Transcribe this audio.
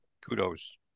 Kudos